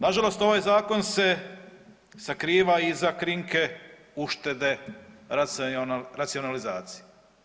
Nažalost, ovaj zakon se sakriva iza krinke uštede, racionalizaciji.